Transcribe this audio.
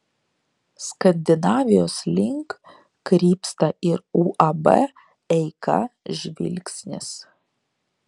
skandinavijos link krypsta ir uab eika žvilgsnis